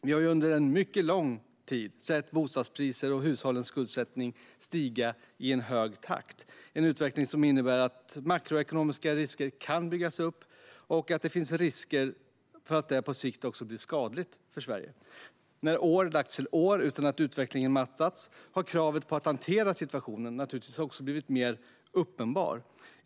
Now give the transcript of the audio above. Vi har under en mycket lång tid sett bostadspriser och hushållens skuldsättning stiga i en hög takt, en utveckling som innebär att makroekonomiska risker kan byggas upp och att det finns risker för att det på sikt blir skadligt för Sverige. När år lagts till år utan att utvecklingen mattats har kravet på att hantera situationen blivit mer uppenbart.